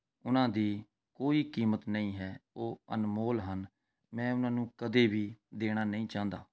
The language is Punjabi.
ਉਹਨਾਂ ਦੀ ਕੋਈ ਕੀਮਤ ਨਹੀਂ ਹੈ ਉਹ ਅਨਮੋਲ ਹਨ ਮੈਂ ਉਹਨਾਂ ਨੂੰ ਕਦੇ ਵੀ ਦੇਣਾ ਨਹੀਂ ਚਾਹੁੰਦਾ